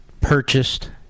purchased